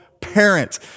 parent